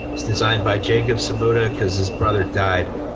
it's designed by jacob samuda because his brother died.